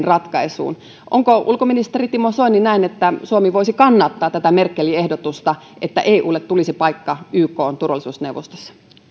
ratkaisuun onko ulkoministeri timo soini näin että suomi voisi kannattaa tätä merkelin ehdotusta että eulle tulisi paikka ykn turvallisuusneuvostossa